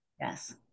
Yes